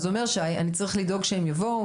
אז זה אומר שצריך לדאוג שהם יבואו,